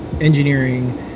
engineering